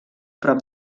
prop